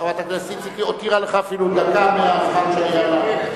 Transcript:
חברת הכנסת איציק הותירה לך אפילו דקה מהזמן שהיה לה.